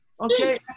Okay